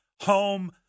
home